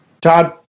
Todd